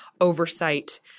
oversight